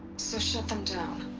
so shut them down